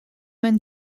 man